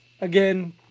Again